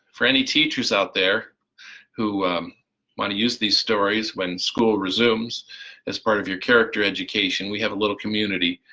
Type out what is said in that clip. for any teachers out there who want to use these stories when school resumes as part of your character education, we have a little community.